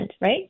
right